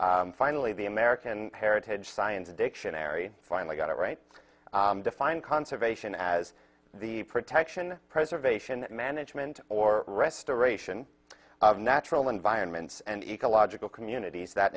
finally the american heritage science dictionary finally got it right to find conservation as the protection preservation management or restoration of natural environments and ecological communities that